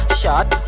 shot